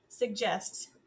suggest